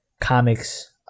comics